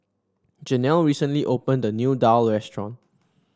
Jenelle recently opened a new daal restaurant